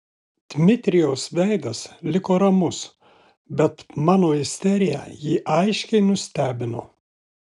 dmitrijaus veidas liko ramus bet mano isterija jį aiškiai nustebino